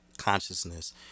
consciousness